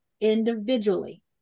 Individually